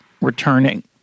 returning